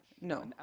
No